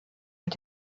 mit